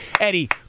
Eddie